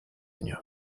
año